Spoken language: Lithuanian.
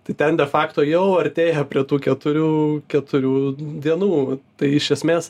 tai ten de fakto jau artėja prie tų keturių keturių dienų tai iš esmės